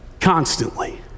constantly